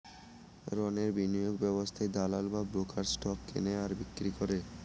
রণের বিনিয়োগ ব্যবস্থায় দালাল বা ব্রোকার স্টক কেনে আর বিক্রি করে